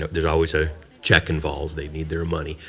there's always a check involved. they need their money.